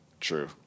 True